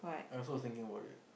I also was thinking about it